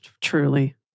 truly